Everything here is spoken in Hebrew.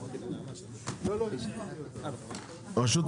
אני פותח את